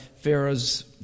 Pharaoh's